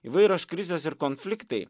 įvairios krizės ir konfliktai